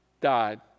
died